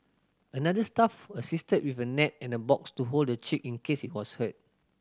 another staff assisted with a net and a box to hold the chick in case it was hurt